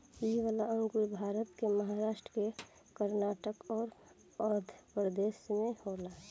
इ वाला अंगूर भारत के महाराष्ट् आ कर्नाटक अउर आँध्रप्रदेश में होला